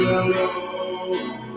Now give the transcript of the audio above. Hello